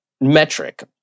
metric